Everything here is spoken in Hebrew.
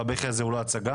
והבכי הזה הוא לא הצגה,